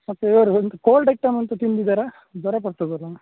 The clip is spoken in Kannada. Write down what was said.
ಮತ್ತೆ ಇವರು ಒದು ಕೋಲ್ಡ್ ಐಟಮ್ ಎಂತ ತಿಂದಿದ್ದರಾ ಜ್ವರ ಬರ್ತದಲ್ಲ